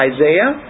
Isaiah